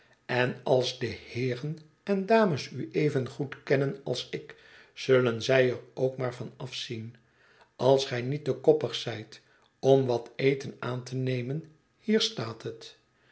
en als de heeren en dames u evengoed kennen als ik zullen zij er ook maar van afzien als gij niet te koppig zijt om wat eten aan te nemen hier staat het